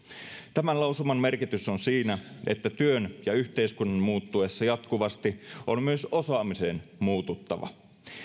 tämän lausuman merkitys on siinä että työn ja yhteiskunnan muuttuessa jatkuvasti on myös osaamisen muututtava